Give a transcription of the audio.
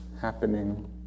happening